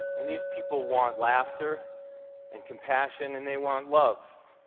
and these people want laughter and compassion and they want love.